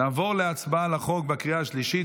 נעבור להצבעה על הצעת החוק בקריאה השלישית,